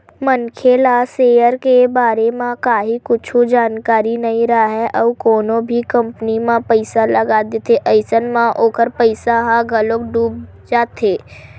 मनखे ला सेयर के बारे म काहि कुछु जानकारी नइ राहय अउ कोनो भी कंपनी म पइसा लगा देथे अइसन म ओखर पइसा ह घलोक डूब जाथे